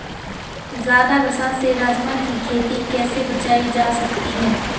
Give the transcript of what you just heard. ज़्यादा बरसात से राजमा की खेती कैसी बचायी जा सकती है?